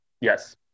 Yes